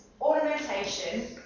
ornamentation